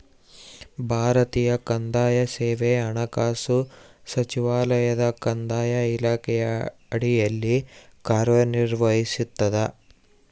ಭಾರತೀಯ ಕಂದಾಯ ಸೇವೆ ಹಣಕಾಸು ಸಚಿವಾಲಯದ ಕಂದಾಯ ಇಲಾಖೆಯ ಅಡಿಯಲ್ಲಿ ಕಾರ್ಯನಿರ್ವಹಿಸ್ತದ